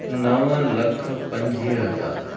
नव लख पंजवीह हज़ार